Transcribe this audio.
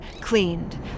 cleaned